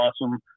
Awesome